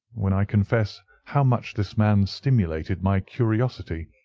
when i confess how much this man stimulated my curiosity,